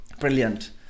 brilliant